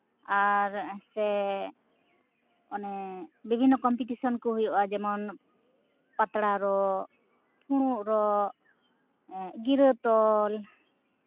ᱟᱨ ᱥᱮ ᱚᱱᱮ ᱵᱤᱵᱷᱤᱱᱱᱚ ᱠᱚᱢᱯᱤᱴᱤᱥᱮᱱ ᱠᱚ ᱦᱩᱭᱩᱜᱼᱟ ᱡᱮᱢᱚᱱ ᱯᱟᱛᱲᱟ ᱨᱚᱜ ᱯᱷᱩᱲᱩᱜ ᱨᱚᱜ ᱜᱤᱨᱟᱹ ᱛᱚᱞ